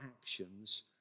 actions